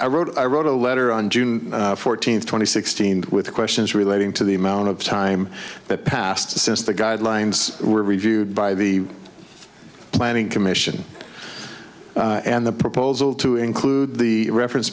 i wrote i wrote a letter on june fourteenth twenty sixteen with questions relating to the amount of time that passed since the guidelines were reviewed by the planning commission and the proposal to include the reference